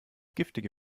giftige